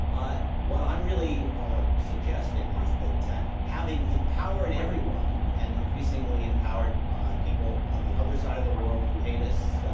ah what i'm really ah suggesting is that having empowered everyone, and increasingly empowered people on the other side of the world who hate us,